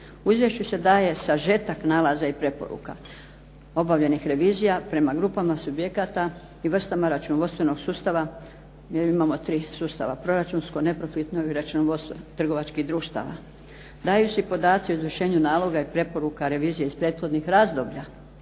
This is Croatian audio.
izvješću se daje sažetak nalaza i preporuka obavljenih revizija prema grupama subjekata i vrstama računovodstvenog sustava. Mi imamo tri sustava proračunsko, neprofitno i računovodstvo trgovačkih društava. Daju se i podaci o izvršenju naloga i preporuka revizije iz prethodnih razdoblja.